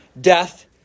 death